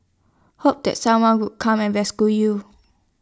hope that someone would come and rescue you